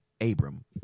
Abram